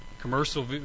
commercial